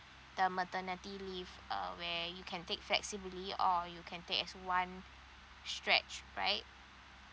the maternity leave uh where you can take flexibly or you can take as one stretch right